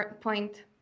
point